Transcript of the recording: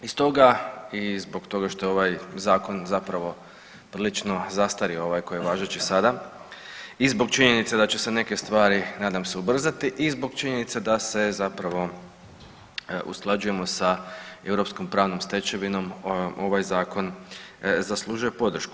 I stoga i zbog toga što je ovaj zakon zapravo prilično zastario ovaj koji je važeći sada i zbog činjenice da će se neke stvari nadam se ubrzati i zbog činjenice da se zapravo usklađujemo da europskom pravnom stečevinom ovaj zakon zaslužuje podršku.